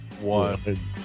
One